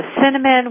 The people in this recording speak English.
cinnamon